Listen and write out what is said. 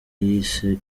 yise